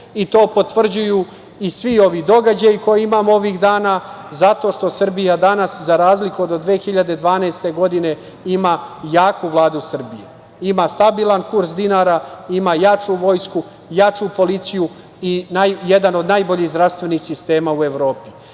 i to potvrđuju i svi događaji koje imamo ovih dana zato što Srbija danas, za razliku od 2012. godine ima jaku Vladu Srbije, ima stabilan kurs dinara, ima jaču vojsku, jaču policiju i jedan od najboljih zdravstvenih sistema u Evropi. Prema